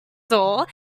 door